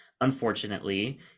unfortunately